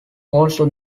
also